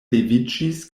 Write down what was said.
leviĝis